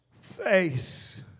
face